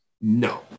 No